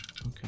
Okay